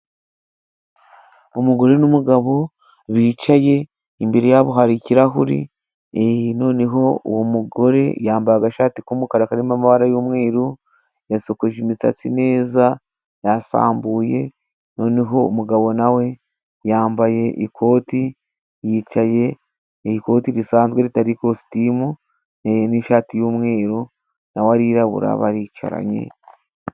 Umugore n’umugabo bicaye，imbere yabo hari ikirahuri，noneho uwo mugore yambaye agashati k’umukara karimo amabara y’umweru，yasokoje imisatsi neza， yasambuye， noneho umugabo nawe yambaye ikoti yicaye，ni ikote risanzwe ritari ikositimu n’ishati y’umweru，nawe arirabura baricaranye.